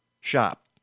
shop